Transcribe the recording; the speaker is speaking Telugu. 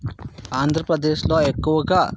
ఆంధ్రప్రదేశ్లో ఎక్కువగా